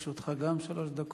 גם לרשותך עומדות שלוש דקות.